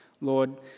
lord